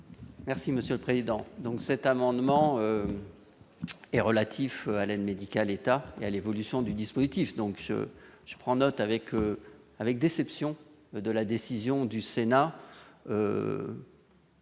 Merci monsieur le président, donc, cet amendement est relatif à l'aide médicale État et à l'évolution du dispositif donc je je prends note avec avec déception de la décision du Sénat.